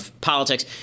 politics